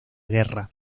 guerra